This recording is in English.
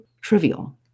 trivial